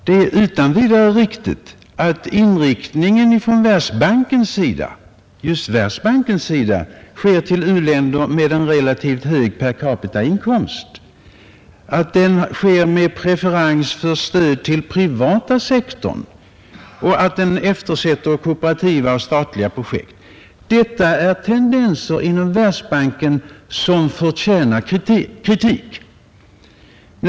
Det är riktigt att Världsbankens verksamhet är inriktad på u-länder med relativt hög per capita-inkomst, att den har preferens för stöd till den privata sektorn och eftersätter kooperativa och statliga projekt. Detta är tendenser som förtjänar kritik.